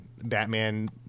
Batman